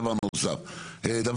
אנחנו